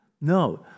No